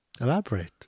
Elaborate